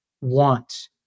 want